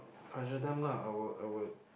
pressure them lah I would I would